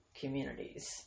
communities